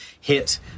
hit